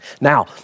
Now